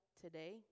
today